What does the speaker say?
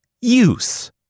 Use